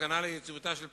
הסכנה ליציבותה של פקיסטן,